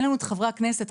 אין לנו חברי הכנסת,